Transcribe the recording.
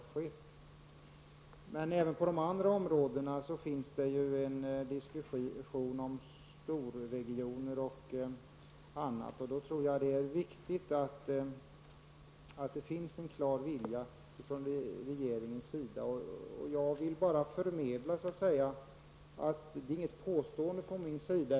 Även på andra områden förs diskussioner om storregioner och sådant. Då tror jag att det är viktigt att det finns en klar vilja från regeringens sida.